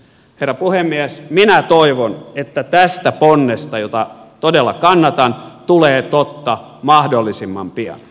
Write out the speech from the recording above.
herra puhemies minä toivon että tästä ponnesta jota todella kannatan tulee totta mahdollisimman pian